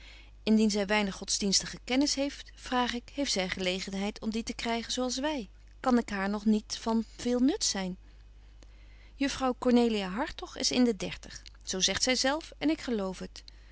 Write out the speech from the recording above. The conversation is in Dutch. indien zy weinig godsdienstige kennis heeft vraag ik heeft zy gelegenheid om die te krygen zo als wy kan ik haar nog niet van veel nut zyn juffrouw cornelia hartog is in de dertig zo zegt zy zelf en ik geloof het